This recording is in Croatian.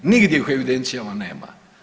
Nigdje ih u evidencijama nema.